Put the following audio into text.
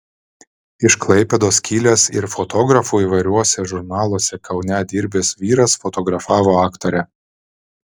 iš klaipėdos kilęs ir fotografu įvairiuose žurnaluose kaune dirbęs vyras fotografavo aktorę